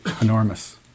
enormous